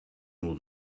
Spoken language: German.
nur